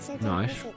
Nice